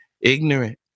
ignorant